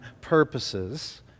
purposes